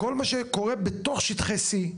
כל מה שקורה בתוך שטחי C,